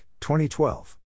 2012